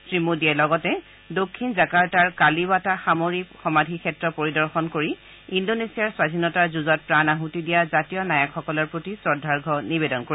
শ্ৰীমোদীয়ে লগতে দক্ষিণ জাকাৰ্টাৰ কালিৱাটা সামৰিক সমাধি ক্ষেত্ৰ পৰিদৰ্শন কৰি ইণ্ডোনেছিয়াৰ স্বাধীনতাৰ যুঁজত প্ৰাণ আছতি দিয়া জাতীয় নায়কসকলৰ প্ৰতি শ্ৰদ্ধাৰ্ঘ্য নিবেদন কৰিব